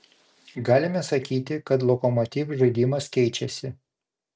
galime sakyti kad lokomotiv žaidimas keičiasi